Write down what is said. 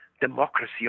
democracy